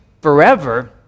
forever